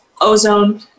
ozone